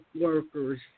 workers